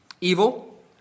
evil